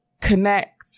connect